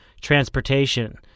transportation